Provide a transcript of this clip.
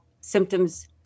symptoms